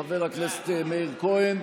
חבר הכנסת מאיר כהן,